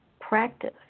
practice